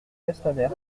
castaner